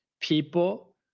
people